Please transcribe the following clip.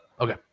Okay